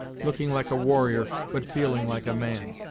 looking like a warrior, but feeling like a man.